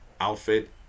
outfit